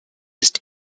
ist